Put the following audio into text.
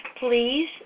Please